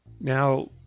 now